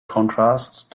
contrast